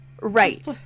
Right